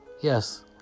yes